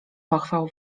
pochwał